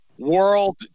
World